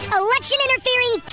election-interfering